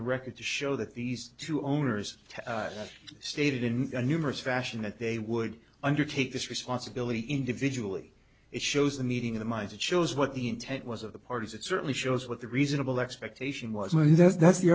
the record to show that these two owners have stated in a numerous fashion that they would undertake this responsibility individually it shows the meeting of the minds it shows what the intent was of the parties it certainly shows the reasonable expectation was maybe that's the